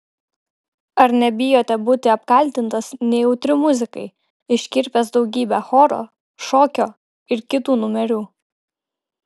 ar nebijote būti apkaltintas nejautriu muzikai iškirpęs daugybę choro šokio ir kitų numerių